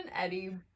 eddie